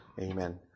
Amen